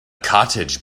cottage